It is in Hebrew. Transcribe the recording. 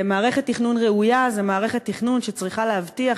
ומערכת תכנון ראויה זו מערכת תכנון שצריכה להבטיח